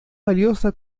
valiosa